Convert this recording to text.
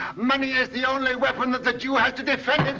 money is the only weapon that the jew has to defend and